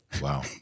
Wow